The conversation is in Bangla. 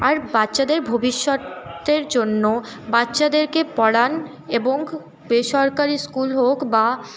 আর বাচ্চাদের ভবিষ্যতের জন্য বাচ্চাদেরকে পড়ান এবং বেসরকারি স্কুল হোক বা